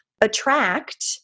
attract